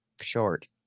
short